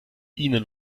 ihnen